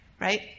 right